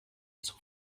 zum